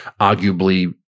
arguably